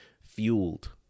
fueled